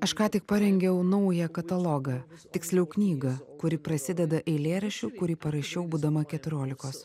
aš ką tik parengiau naują katalogą tiksliau knygą kuri prasideda eilėraščiu kurį parašiau būdama keturiolikos